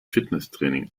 fitnesstraining